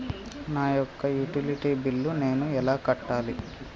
నా యొక్క utility bill నేను ఎలా కట్టాలి?